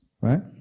right